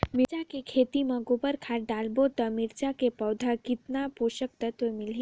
मिरचा के खेती मां गोबर खाद डालबो ता मिरचा के पौधा कितन पोषक तत्व मिलही?